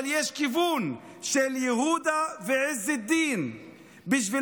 אבל יש כיוון של יהודה ועז א-דין בשביל